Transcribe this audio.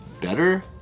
better